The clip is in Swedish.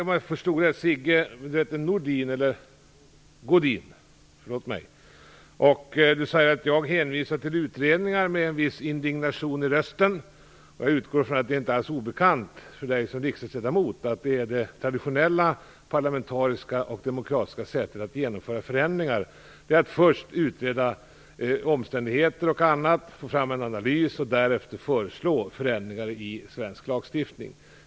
Sigge Godin säger med en viss indignation i rösten att jag hänvisar till utredningar. Jag utgår från att det inte är alldeles obekant för honom som riksdagsledamot att det traditionella, parlamentariska, demokratiska sättet att genomföra förändringar är att först utreda omständigheter och annat, ta fram en analys och därefter föreslå förändringar i svensk lagstiftning.